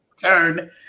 turn